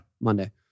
Monday